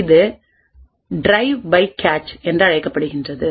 இது drive by cache என்று அழைக்கப்படுகிறது